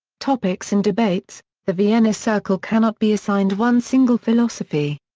topics and debates the vienna circle cannot be assigned one single philosophy.